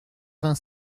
vingt